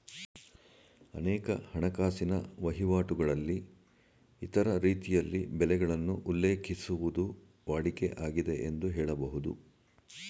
ಅನೇಕ ಹಣಕಾಸಿನ ವಹಿವಾಟುಗಳಲ್ಲಿ ಇತರ ರೀತಿಯಲ್ಲಿ ಬೆಲೆಗಳನ್ನು ಉಲ್ಲೇಖಿಸುವುದು ವಾಡಿಕೆ ಆಗಿದೆ ಎಂದು ಹೇಳಬಹುದು